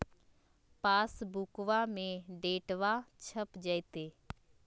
पासबुका में डिटेल्बा छप जयते?